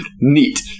neat